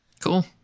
Cool